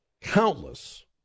countless